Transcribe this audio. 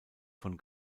von